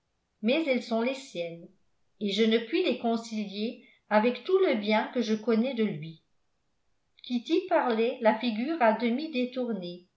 mais elles sont les siennes et je ne puis les concilier avec tout le bien que je connais de lui kitty parlait la figure à demi détournée